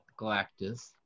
Galactus